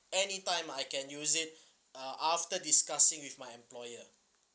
any time I can use it uh after discussing with my employer